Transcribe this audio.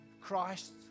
Christ